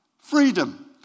Freedom